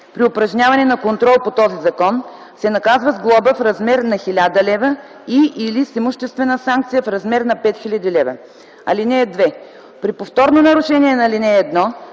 при упражняване на контрол по този закон, се наказва с глоба в размер на 1000 лв. и/или с имуществена санкция в размер на 5000 лв. (2) При повторно нарушение по ал. 1